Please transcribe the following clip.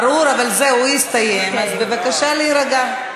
ברור, אבל זהו, הוא הסתיים, אז בבקשה להירגע.